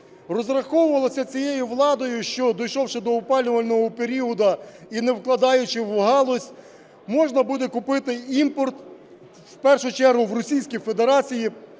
Розраховувалося цією владою, що, дійшовши до опалювального періоду і не вкладаючи в галузь, можна буде купити імпорт, в першу чергу в Російській Федерації,